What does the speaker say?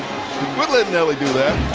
we'll let nellie do that.